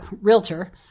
realtor